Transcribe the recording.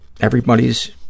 everybody's